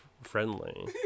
friendly